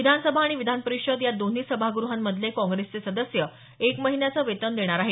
विधानसभा आणि विधानपरिषद या दोन्ही सभाग्रहांमधले काँग्रेसचे सदस्य एक महिन्याचं वेतन देणार आहेत